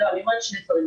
אני אומרת שני דברים.